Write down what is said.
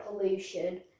pollution